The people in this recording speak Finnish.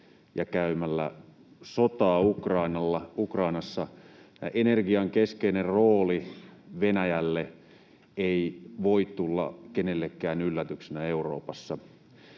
ja käymällä sotaa Ukrainassa, ja energian keskeinen rooli Venäjälle ei voi tulla kenellekään yllätyksenä Euroopassa.